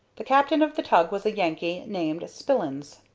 the captain of the tug was a yankee named spillins.